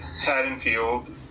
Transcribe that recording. Haddonfield